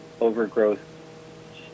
overgrowth